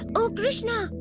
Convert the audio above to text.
and o krishna,